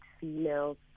females